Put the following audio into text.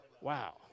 Wow